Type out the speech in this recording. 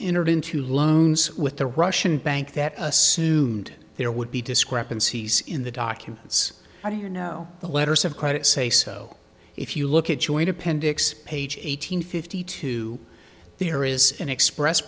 intervene to loans with the russian bank that assumed there would be discrepancies in the documents how do you know the letters of credit say so if you look at joint appendix page eight hundred fifty two there is an express